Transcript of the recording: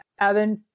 Evan